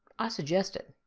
i suggest it.